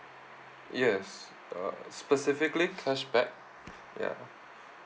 yes uh specifically cashback ya